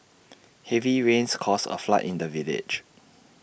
heavy rains caused A flood in the village